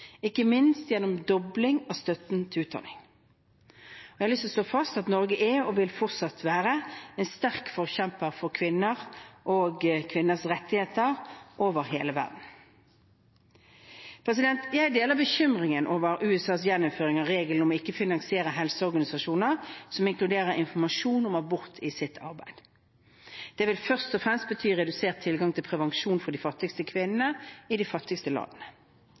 ikke minst gjennom dobling av støtten til utdanning. Jeg har lyst til å slå fast at Norge er og vil fortsatt være en sterk forkjemper for kvinner og kvinners rettigheter over hele verden. Jeg deler bekymringen over USAs gjeninnføring av regelen om ikke å finansiere helseorganisasjoner som inkluderer informasjon om abort i sitt arbeid. Det vil først og fremst bety redusert tilgang til prevensjon for de fattigste kvinnene i de fattigste landene.